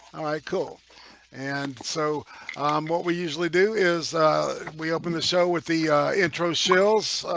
cool and so what we usually do is we? open the show with the intro skills